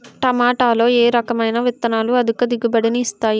టమాటాలో ఏ రకమైన విత్తనాలు అధిక దిగుబడిని ఇస్తాయి